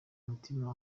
umutima